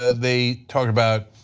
ah they talk about